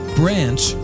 branch